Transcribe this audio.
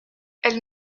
elle